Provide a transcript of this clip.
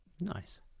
nice